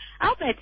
Albert